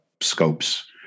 scopes